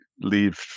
leave